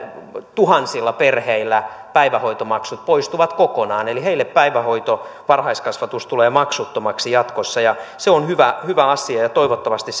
tuhansilla perheillä päivähoitomaksut poistuvat kokonaan eli heille päivähoito varhaiskasvatus tulee maksuttomaksi jatkossa se on hyvä hyvä asia ja ja toivottavasti